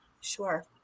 Sure